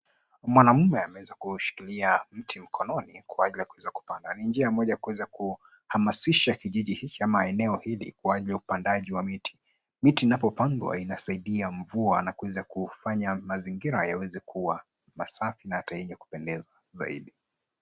Mwanamume ameweza kuushikilia mti mkononi kwa ajili ya kuweza kupanda. Ni njia ya kuweza kuhamasisha kijiji hiki ama eneo hili kwa ajili ya upandaji wa miti. Miti inapopandwa inasaidia mvua na kuweza kufanya mazingira yaweze kuwa masafi na hata yenye kupendeza zaidi.